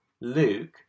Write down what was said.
Luke